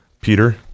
Peter